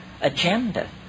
agenda